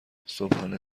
صبحانه